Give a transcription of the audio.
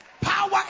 Power